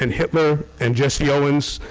and hitler and jesse owens,